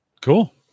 Cool